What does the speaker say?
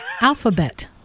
Alphabet